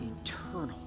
eternal